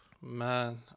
man